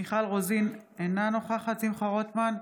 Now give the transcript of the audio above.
מיכל רוזין, אינה נוכחת שמחה רוטמן,